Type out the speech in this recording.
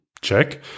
check